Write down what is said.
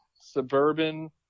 suburban